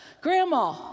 grandma